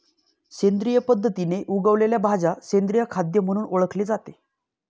सेंद्रिय पद्धतीने उगवलेल्या भाज्या सेंद्रिय खाद्य म्हणून ओळखले जाते